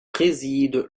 préside